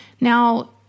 Now